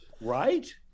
Right